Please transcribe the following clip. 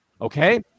Okay